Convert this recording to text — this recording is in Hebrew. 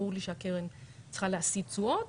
ברור לי שהקרן צריכה להשיא תשואות,